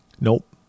Nope